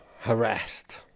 harassed